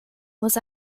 was